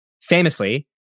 famously